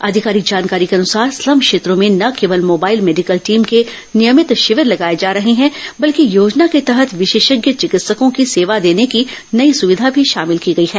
आधिकारिक जानकारी के अनुसार स्लम क्षेत्रों में न केवल मोबाइल मेडिकल टीम के नियमित शिविर लगाए जा रहे हैं बल्कि योजना के तहत ँविशेषज्ञ चिकित्सकों की सेवा देने की नई सुविधा भी शामिल की गई है